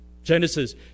Genesis